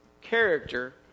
character